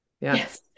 Yes